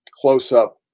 close-up